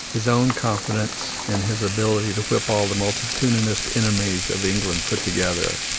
his own confidence in his ability to whip all the multitudinous enemies of england put together,